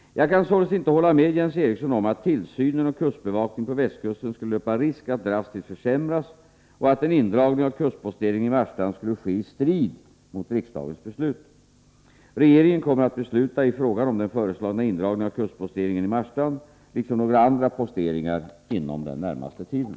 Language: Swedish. | Jag kan således inte hålla med Jens Eriksson om att tillsynen och kustbevakningen på västkusten skulle löpa risk att drastiskt försämras och att en indragning av kustposteringen i Marstrand skulle ske i strid mot riksdagens beslut. Regeringen kommer att besluta i frågan om den föreslagna indragningen av kustposteringen i Marstrand — liksom några andra posteringar — inom den närmaste tiden.